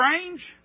strange